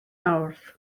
mawrth